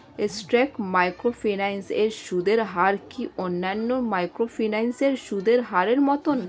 স্কেট microfinance এর সুদের হার কি অন্যান্য মাইক্রোফিন্যান্স এর সুদের হারের মতন?